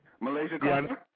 Malaysia